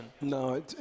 No